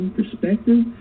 Perspective